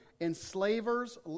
enslavers